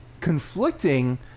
conflicting